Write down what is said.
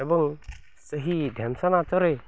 ଏବଂ ସେହି ଢେମସା ନାଚରେ